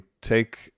take